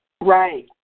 Right